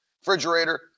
refrigerator